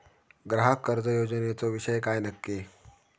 ग्राहक कर्ज योजनेचो विषय काय नक्की?